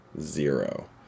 zero